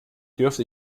dürfte